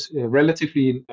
relatively